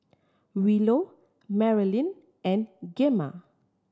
Willow Marylyn and Gemma